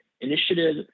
initiative